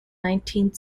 nineteenth